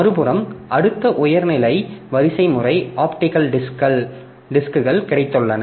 மறுபுறம் அடுத்த உயர் நிலை வரிசைமுறை ஆப்டிகல் டிஸ்க்கள் கிடைத்துள்ளன